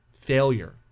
failure